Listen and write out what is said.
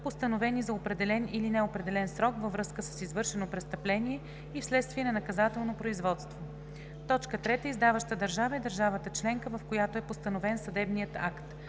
постановени за определен или неопределен срок във връзка с извършено престъпление и вследствие на наказателно производство. 3. „Издаваща държава“ е държавата членка, в която е постановен съдебният акт.